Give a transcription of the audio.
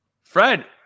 Fred